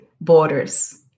borders